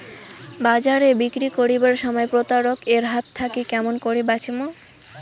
বাজারে বিক্রি করিবার সময় প্রতারক এর হাত থাকি কেমন করি বাঁচিমু?